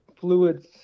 fluids